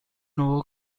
nuovo